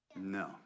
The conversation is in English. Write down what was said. No